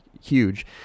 huge